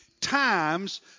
times